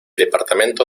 departamento